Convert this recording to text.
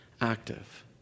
active